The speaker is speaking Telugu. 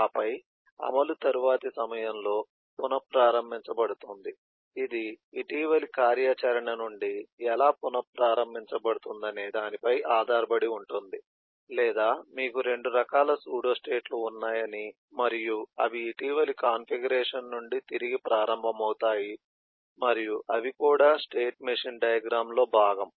ఆపై అమలు తరువాతి సమయంలో పునఃప్రారంభించబడుతుంది ఇది ఇటీవలి కార్యాచరణ నుండి ఎలా పునఃప్రారంభించబడుతుందనే దానిపై ఆధారపడి ఉంటుంది లేదా మీకు 2 రకాల సూడోస్టేట్లు ఉన్నాయని మరియు అవి ఇటీవలి కాన్ఫిగరేషన్ నుండి తిరిగి ప్రారంభమవుతాయి మరియు అవి కూడా స్టేట్ మెషీన్ డయాగ్రమ్ లో భాగం